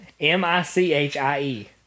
M-I-C-H-I-E